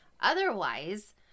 Otherwise